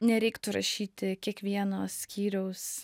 nereiktų rašyti kiekvieno skyriaus